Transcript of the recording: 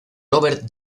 robert